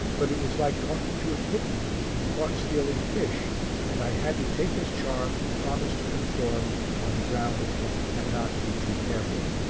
but it was like talking to a kitten that has been caught stealing fish and i had to take his charm and promise to conform on the ground that one cannot be too careful.